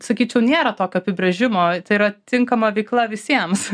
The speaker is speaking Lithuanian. sakyčiau nėra tokio apibrėžimo tai yra tinkama veikla visiems